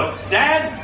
stand,